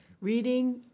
Reading